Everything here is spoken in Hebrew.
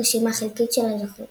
רשימה חלקית של הזוכים